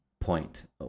point